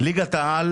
ליגת העל